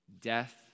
death